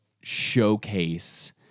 showcase